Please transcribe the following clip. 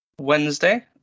Wednesday